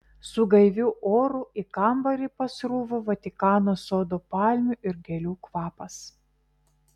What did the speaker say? su gaiviu oru į kambarį pasruvo vatikano sodo palmių ir gėlių kvapas